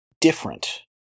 different